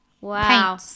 Wow